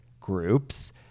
groups